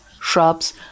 shrubs